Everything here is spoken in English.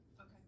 okay